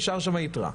נשארה שם יתרה.